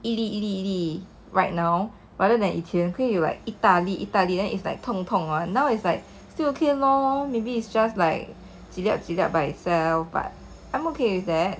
一粒一粒 right now rather than 以前可以 like 一大粒一大粒 then is like 痛痛 now it's like still okay lor maybe is just like by itself but I'm okay with that